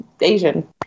Asian